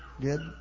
good